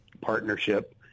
partnership